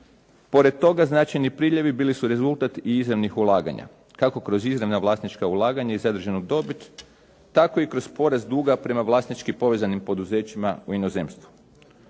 Pored toga značajni priljevi bili su rezultat i izravnih ulaganja, kako kroz izravna vlasnička ulaganja i sadržajnu dobit tako i kroz porez duga prema vlasnički povezanim poduzećima u inozemstvu.